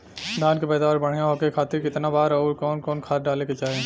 धान के पैदावार बढ़िया होखे खाती कितना बार अउर कवन कवन खाद डाले के चाही?